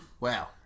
Wow